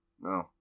No